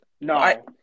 No